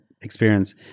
experience